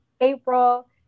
April